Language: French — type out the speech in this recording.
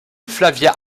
flavia